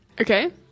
Okay